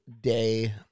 day